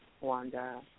Wanda